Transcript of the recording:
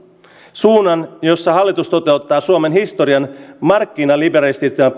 suunnan jossa hallitus toteuttaa suomen historian markkinaliberalistisinta